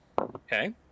Okay